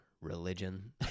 religion